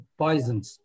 poisons